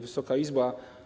Wysoka Izbo!